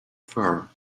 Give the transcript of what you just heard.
fur